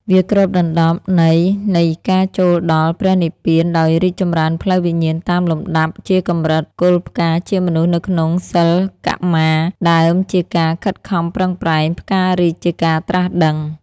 វាគ្របដណ្តប់ន័យនៃការចូលដល់ ព្រះនិព្វានដោយរីកចម្រើនផ្លូវវិញ្ញាណតាមលំដាប់ជាកម្រិត៖គល់ផ្កា ជាមនុស្សនៅក្នុងសិលកមារ ដើមជាការខិតខំប្រឹងប្រែង ផ្ការីកជាការត្រាស់ដឹង។